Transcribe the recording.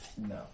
No